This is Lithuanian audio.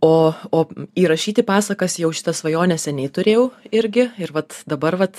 oh o įrašyti pasakas jau šitą svajonę seniai turėjau irgi ir vat dabar vat